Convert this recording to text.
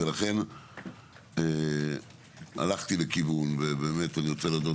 ולכן הלכתי לכיוון ובאמת אני רוצה להודות